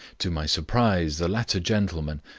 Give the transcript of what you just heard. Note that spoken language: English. to my surprise the latter gentleman,